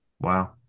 wow